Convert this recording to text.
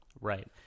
Right